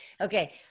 Okay